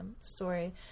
story